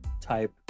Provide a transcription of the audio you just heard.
type